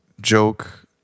joke